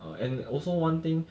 err and also one thing